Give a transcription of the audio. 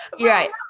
Right